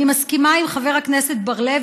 אני מסכימה עם חבר הכנסת בר-לב.